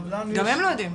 גם הם לא יודעים.